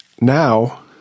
Now